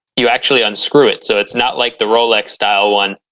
you actually unscrew it. so it's not like the rolex style one,